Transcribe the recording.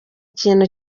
ikintu